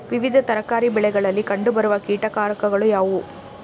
ವಿವಿಧ ತರಕಾರಿ ಬೆಳೆಗಳಲ್ಲಿ ಕಂಡು ಬರುವ ಕೀಟಕಾರಕಗಳು ಯಾವುವು?